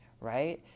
right